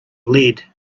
lead